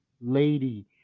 lady